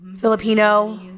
filipino